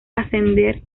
ascender